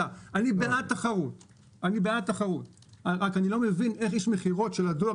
בעד תחרות אבל אני לא מבין איך איש מכירות של הדואר